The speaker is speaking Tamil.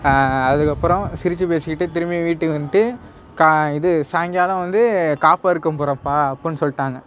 அதுக்கப்புறம் சிரித்து பேசிக்கிட்டு திரும்பியும் வீட்டுக்கு வந்துட்டு கா இது சாயங்காலம் வந்து காப்பறுக்க போகிறோம்ப்பா அப்புடின்னு சொல்லிட்டாங்க